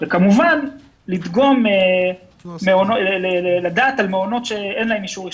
וכמובן לדעת על מעונות שאין להם אישור ראשוני.